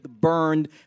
burned